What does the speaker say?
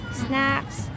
snacks